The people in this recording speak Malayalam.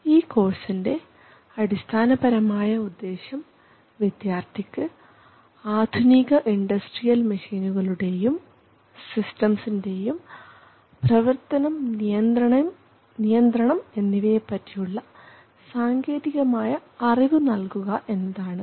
ഈ കോഴ്സിൻറെ അടിസ്ഥാനപരമായ ഉദ്ദേശ്യം വിദ്യാർത്ഥിക്ക് ആധുനിക ഇൻഡസ്ട്രിയൽ മെഷീനുകളുടെയും സിസ്റ്റംസ്ൻറെയും പ്രവർത്തനം നിയന്ത്രണം എന്നിവയെപ്പറ്റിയുള്ള സാങ്കേതികമായ അറിവു നൽകുക എന്നതാണ്